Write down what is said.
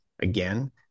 again